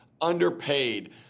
underpaid